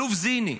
האלוף זיני,